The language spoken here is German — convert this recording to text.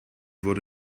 wurde